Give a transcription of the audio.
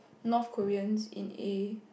North Koreans in A